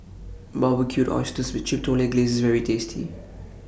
Barbecued Oysters with Chipotle Glaze IS very tasty